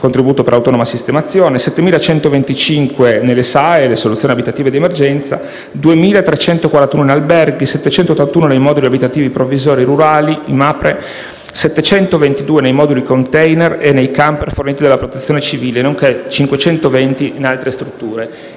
contributo per autonoma sistemazione (CAS), 7.125 nelle soluzioni abitative di emergenza (SAE), 2.341 in alberghi, 781 nei moduli abitativi provvisori rurali di emergenza (MAPRE), 722 nei moduli *container* e nei *camper* forniti dalla Protezione civile, nonché 520 in altre strutture.